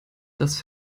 das